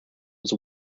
was